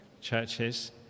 churches